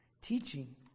teaching